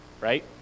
right